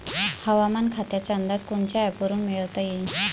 हवामान खात्याचा अंदाज कोनच्या ॲपवरुन मिळवता येईन?